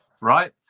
right